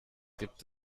gibt